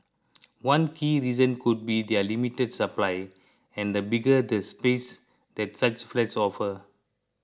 one key reason could be their limited supply and the bigger the space that such flats offer